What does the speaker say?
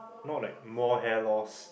not like more hair loss